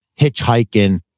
hitchhiking